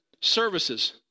services